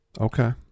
Okay